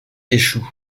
échoue